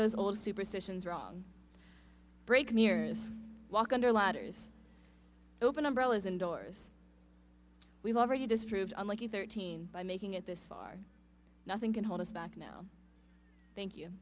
those old superstitions wrong break mirrors walk under ladders open umbrellas indoors we've already disproved unlike you thirteen by making it this far nothing can hold us back now thank you